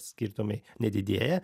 skirtumai nedidėja